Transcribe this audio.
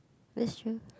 which shoe